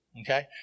Okay